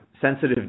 sensitive